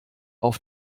auf